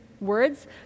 words